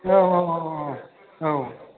औ औ औ औ औ